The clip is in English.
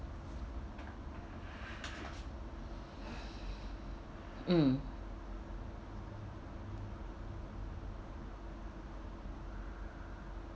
mm